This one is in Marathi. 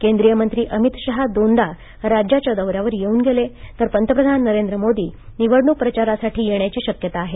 केंद्रीय मंत्री अमित शहा दोनदा राज्याच्या दौऱ्यावर येऊन गेले तर पंतप्रधान नरेंद्र मोदी निवडणूक प्रचारासाठी येण्याची शक्यता आहे